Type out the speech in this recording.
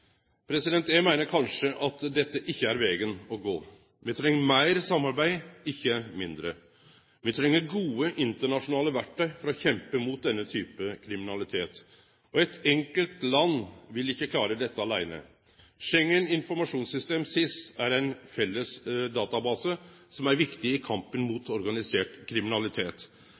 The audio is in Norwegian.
Eg meiner at dette kanskje ikkje er vegen å gå. Me treng meir samarbeid, ikkje mindre. Me treng gode internasjonale verktøy for å kjempe mot denne typen kriminalitet. Eitt enkelt land vil ikkje klare dette aleine. Schengen informasjonssystem, SIS, er ein felles database som er viktig i kampen mot organisert kriminalitet.